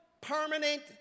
permanent